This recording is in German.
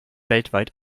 weltweit